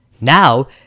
Now